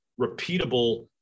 repeatable